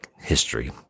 history